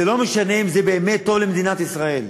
זה לא משנה אם זה באמת טוב למדינת ישראל,